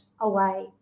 away